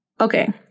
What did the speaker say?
Okay